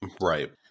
Right